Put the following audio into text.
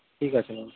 ঠিক আছে ম্যাম